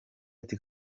ati